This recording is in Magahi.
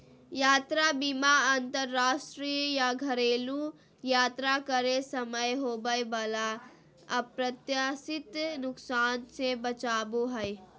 यात्रा बीमा अंतरराष्ट्रीय या घरेलू यात्रा करे समय होबय वला अप्रत्याशित नुकसान से बचाबो हय